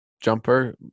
jumper